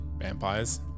Vampires